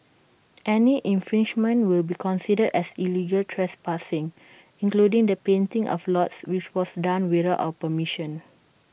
any infringement will be considered as illegal trespassing including the painting of lots which was done without our permission